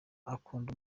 akunda